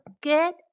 good